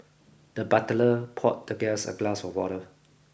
the butler poured the guest a glass of water